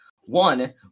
One